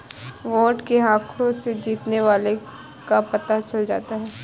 vote के आंकड़ों से जीतने वाले का पता चल जाता है